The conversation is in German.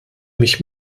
mich